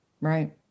Right